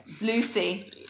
Lucy